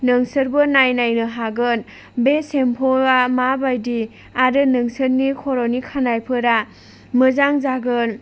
नोंसोरबो नायनायनो हागोन बे सेम्पुआ माबायदि आरो नोंसोरनि खर'नि खानायफोरा मोजां जागोन